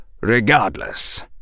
regardless